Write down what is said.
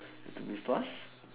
it has to be fast